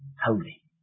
holy